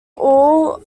all